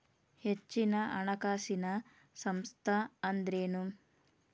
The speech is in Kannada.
ಹೆಚ್ಚಿನ ಹಣಕಾಸಿನ ಸಂಸ್ಥಾ ಅಂದ್ರೇನು?